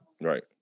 Right